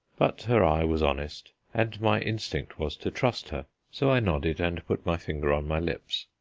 but her eye was honest, and my instinct was to trust her so i nodded, and put my finger on my lips.